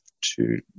two